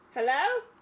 Hello